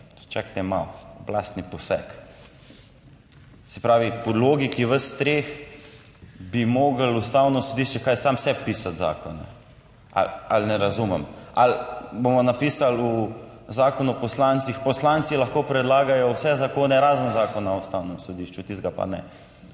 Čakajte malo, oblastni poseg. Se pravi, po logiki vas treh bi moralo Ustavno sodišče kaj, sam sebi pisati zakone? Ali ne razumem, ali bomo napisali v Zakonu o poslancih, poslanci lahko predlagajo vse zakone, razen Zakona o Ustavnem sodišču, tistega pa ne,